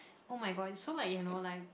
oh my god it's so like you know like